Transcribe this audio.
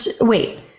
Wait